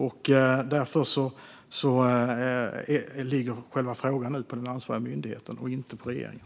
Själva frågan ligger därför på den enskilda myndigheten nu, inte på regeringen.